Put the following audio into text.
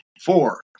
Four